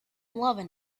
loving